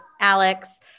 Alex